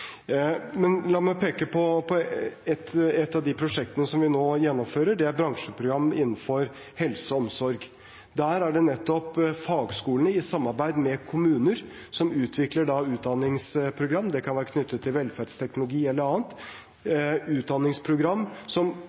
La meg peke på et av de prosjektene vi nå gjennomfører: bransjeprogrammer innenfor helse og omsorg. Der er det nettopp fagskolene – i samarbeid med kommuner – som utvikler utdanningsprogrammer. Det kan være knyttet til velferdsteknologi eller annet, utdanningsprogrammer som